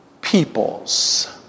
peoples